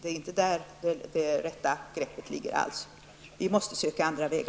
Det är inte det rätta greppet. Vi måste söka andra vägar.